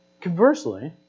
Conversely